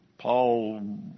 Paul